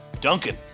Duncan